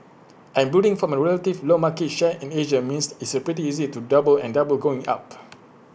and building from A relatively low market share in Asia means it's pretty easy to double and double going up